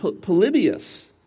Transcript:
Polybius